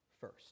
first